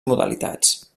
modalitats